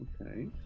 Okay